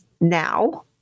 now